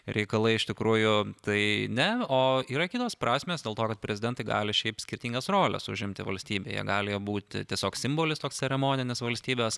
reikalai iš tikrųjų tai ne o yra kitos prasmės dėl to kad prezidentai gali šiaip skirtingas roles užimti valstybėje gali būti tiesiog simbolis toks ceremoninis valstybės